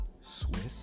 Swiss